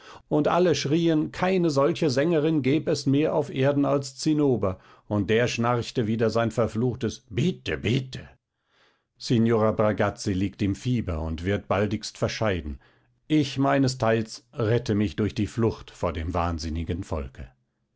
und alle schrien keine solche sängerin gäb es mehr auf erden als zinnober und der schnarchte wieder sein verfluchtes bitte bitte signora bragazzi liegt im fieber und wird baldigst verscheiden ich meinesteils rette mich durch die flucht vor dem wahnsinnigen volke